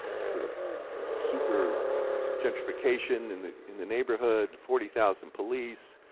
sort of super gentrification in the in the neighborhood, forty thousand police,